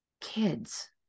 kids